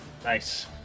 Nice